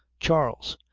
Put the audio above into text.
charles!